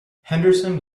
henderson